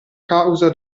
causa